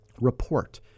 Report